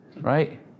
right